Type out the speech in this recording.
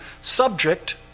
subject